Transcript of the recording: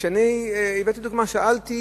וכשאני הבאתי דוגמה, שאלתי: